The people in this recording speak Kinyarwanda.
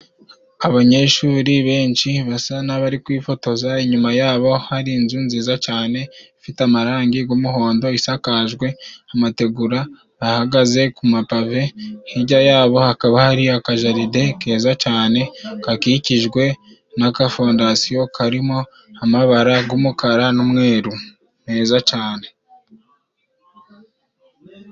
Abanyeshuri benshi basa n'abari kwifotoza, inyuma yabo hari inzu nziza cane ifite amarangi g'umuhondo, isakajwe amategura, bahagaze ku mapave hijya yabo hakaba hari akajaride keza cane gakikijwe n'agafondasiyo karimo amabara g'umukara n'umweru meza cane.